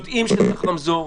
יודעים שצריך רמזור,